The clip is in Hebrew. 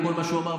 וכל מה שהוא אמר,